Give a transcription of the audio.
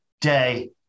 day